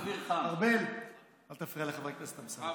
ארבל, אל תפריע לחבר הכנסת אמסלם.